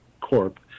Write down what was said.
corp